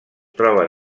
troben